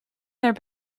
their